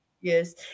Yes